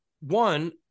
one